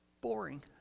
Boring